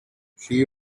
she